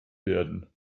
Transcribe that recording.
werden